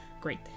great